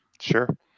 sure